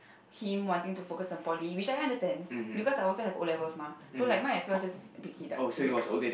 him wanting to focus on poly which I understand because I also had O-levels mah so might as well just break it up break up